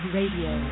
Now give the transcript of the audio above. Radio